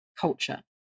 culture